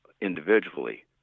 individually